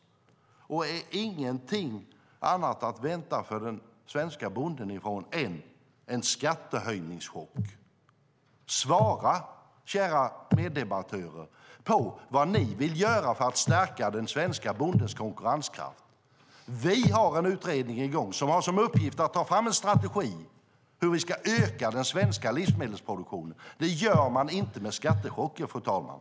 Den svenska bonden har ingenting annat att vänta än en skattehöjningschock. Svara, kära meddebattörer, på vad ni vill göra för att stärka den svenska bondens konkurrenskraft! Vi har en utredning i gång som har som uppgift att ta fram en strategi för hur vi ska öka den svenska livsmedelproduktionen. Det gör man inte med skattechocker, fru talman.